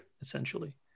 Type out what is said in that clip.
essentially